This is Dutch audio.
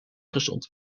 gezond